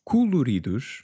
Coloridos